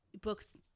books